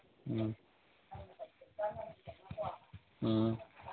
ꯎꯝ ꯎꯝ